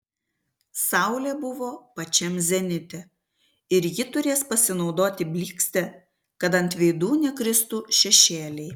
saulė buvo pačiam zenite ir ji turės pasinaudoti blykste kad ant veidų nekristų šešėliai